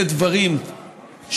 אלה דברים שקיימים.